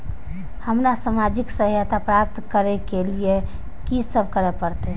हमरा सामाजिक सहायता प्राप्त करय के लिए की सब करे परतै?